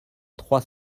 trois